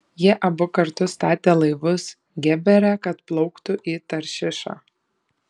jie abu kartu statė laivus gebere kad plauktų į taršišą